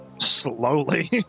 Slowly